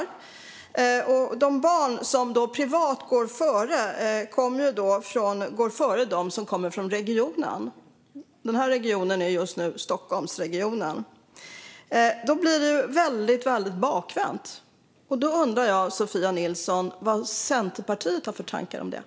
De barn som går privat går alltså före dem som kommer från regionen, i det här fallet Stockholmsregionen. Det blir väldigt bakvänt, och jag undrar vad Sofia Nilsson och Centerpartiet har för tankar om detta.